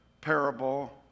parable